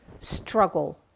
struggle